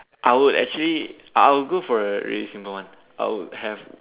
I would actually I would go for a really simple one I would have